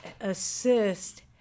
assist